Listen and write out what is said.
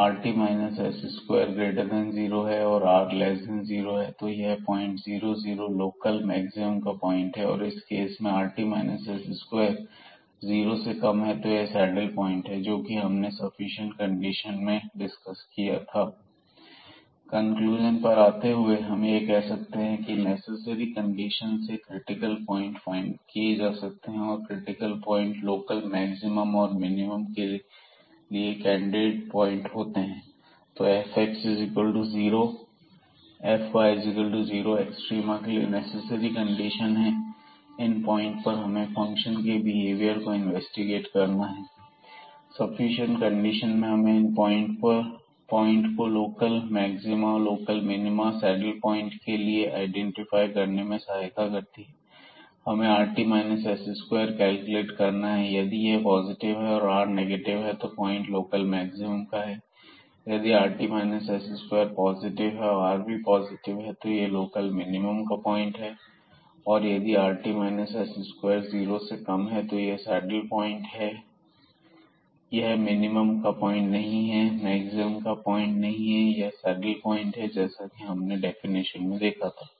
9rt s20 and r0 तो यह point 0 0 local maximum का पॉइंट है और इस केस में rt s2 जीरो से कम है तो यह सैडल पॉइंट है जो कि हमने सफिशिएंट कंडीशन में डिस्कस किया था कन्फ्यूजन पर आते हुए हम यह कह सकते हैं की नेसेसरी कंडीशन से क्रिटिकल पॉइंट फाइंड किए जा सकते हैं और क्रिटिकल पॉइंट लोकल मैक्सिमम और मिनिमम के लिए कैंडिडेट पॉइंट होते हैं तो fx0fy0 एक्सट्रीमा के लिए नेसेसरी कंडीशन है इन पॉइंट पर हमें फंक्शन के बिहेवियर को इन्वेस्टिगेट करना है सफिशिएंट कंडीशन हमें इन पॉइंट ्स को लोकल मैक्सिमा लोकल मिनीमा और सैडल पॉइंट के लिए आईडेंटिफाई करने में सहायता करती है हमें rt s2 कैलकुलेट करना है यदि यह पॉजिटिव है और r नेगेटिव है तो पॉइंट लोकल मैक्सिमम का है यदि rt s2 पॉजिटिव है और r भी पॉजिटिव है यह लोकल मिनिमम का पॉइंट है और यदि rt s2 0 से कम है तो यह सैडल पॉइंट है यह मिनिमम का पॉइंट नहीं है मैक्सिमम का पॉइंट नहीं है यह सैडल पॉइंट है जैसा कि हमने डेफिनेशन में देखा था